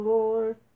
Lord